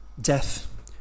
death